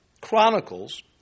Chronicles